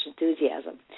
enthusiasm